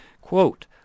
Quote